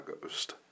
Ghost